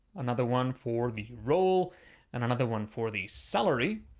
another one for the role and another one for the salary.